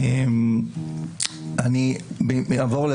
לפני